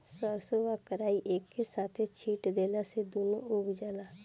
सरसों आ कराई एके साथे छींट देला से दूनो उग जाला